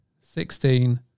sixteen